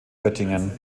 göttingen